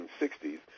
1960s